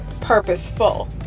purposeful